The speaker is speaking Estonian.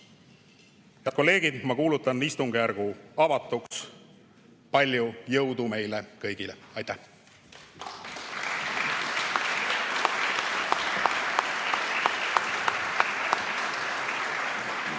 Head kolleegid, ma kuulutan istungijärgu avatuks. Palju jõudu tööle meile kõigile! Aitäh!